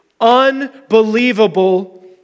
Unbelievable